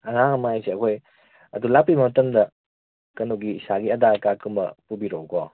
ꯑꯉꯥꯡ ꯑꯃ ꯍꯥꯏꯁꯦ ꯑꯩꯈꯣꯏ ꯑꯗꯣ ꯂꯛꯄꯤꯕ ꯃꯇꯝꯗ ꯀꯩꯅꯣꯒꯤ ꯏꯁꯥꯒꯤ ꯑꯥꯙꯔ ꯀꯥꯔꯗ ꯀꯨꯝꯕ ꯄꯨꯕꯤꯔꯛꯎꯀꯣ